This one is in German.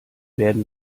werden